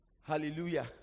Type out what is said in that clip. hallelujah